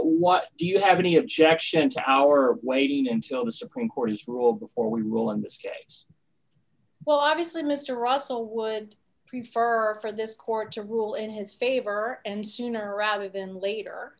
what do you have any objection to our waiting until the supreme court has ruled before we rule in this case well obviously mr russell would prefer for this court to rule in his favor and sooner rather than later